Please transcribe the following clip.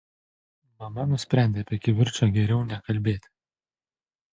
mama nusprendė apie kivirčą geriau nekalbėti